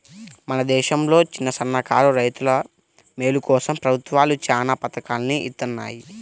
మన దేశంలో చిన్నసన్నకారు రైతుల మేలు కోసం ప్రభుత్వాలు చానా పథకాల్ని ఇత్తన్నాయి